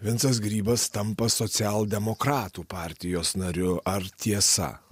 vincas grybas tampa socialdemokratų partijos nariu ar tiesa